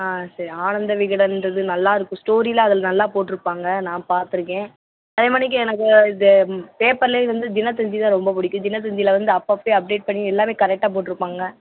ஆ சரி ஆனந்த விகடன்றது நல்லாருக்கும் ஸ்டோரிலாம் அதில் நல்லா போட்டிருப்பாங்க நான் பார்த்துருக்கேன் அதே மானிக்கி எனக்கு இது பேப்பர்லையே வந்து தினத்தந்திதான் ரொம்ப பிடிக்கும் தினத்தந்தியில வந்து அப்பப்பையும் அப்டேட் பண்ணி எல்லாமே கரெக்டாக போட்டிருப்பாங்க